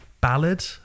ballad